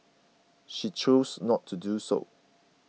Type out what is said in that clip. she chose not to do so